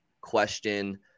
question